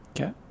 Okay